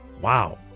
Wow